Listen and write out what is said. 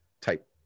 type